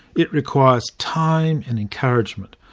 it requires time and encouragement,